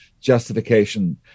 justification